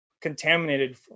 contaminated